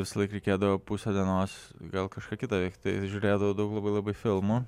visąlaik reikėdavo pusę dienos vėl kažką kitą veikt tai žiūrėdavau daug labai labai filmų